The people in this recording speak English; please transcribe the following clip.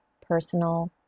Personal